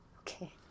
Okay